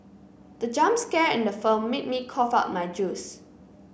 the jump scare in the film made me cough out my juice